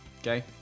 Okay